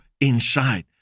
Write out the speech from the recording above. inside